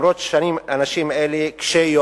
אף-על-פי שאלה אנשים קשי-יום,